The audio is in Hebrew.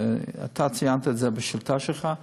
ואתה ציינת את זה בשאילתה שלך,